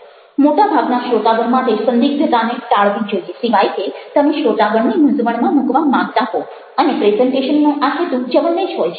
મોટાભાગના શ્રોતાગણ માટે સંદિગ્ધતાને ટાળવી જોઈએ સિવાય કે તમે શ્રોતાગણને મૂંઝવણમાં મૂકવા માંગતા હો અને પ્રેઝન્ટેશનનો આ હેતુ જવલ્લે જ હોય છે